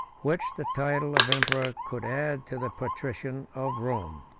which the title of emperor could add to the patrician of rome.